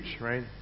right